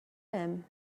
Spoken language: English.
him